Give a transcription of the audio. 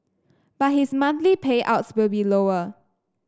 but his monthly payouts will be lower